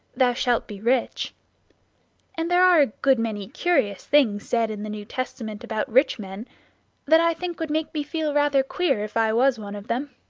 thou shalt be rich and there are a good many curious things said in the new testament about rich men that i think would make me feel rather queer if i was one of them.